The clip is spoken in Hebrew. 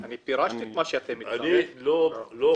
אני פירשתי את מה שאתם --- אני לא חושב,